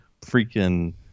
freaking